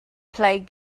played